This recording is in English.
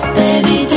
baby